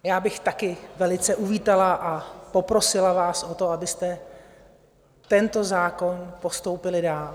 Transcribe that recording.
Já bych taky velice uvítala a poprosila vás o to, abyste tento zákon postoupili dál.